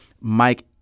mike